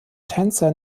tänzer